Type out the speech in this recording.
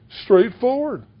straightforward